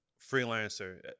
freelancer